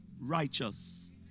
righteous